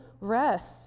rest